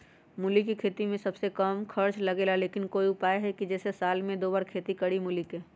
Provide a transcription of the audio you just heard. मूली के खेती में सबसे कम खर्च लगेला लेकिन कोई उपाय है कि जेसे साल में दो बार खेती करी मूली के?